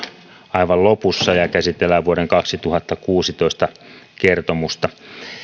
aivan marraskuun lopussa ja käsitellään vuoden kaksituhattakuusitoista kertomusta